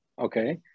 Okay